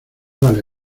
vale